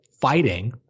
fighting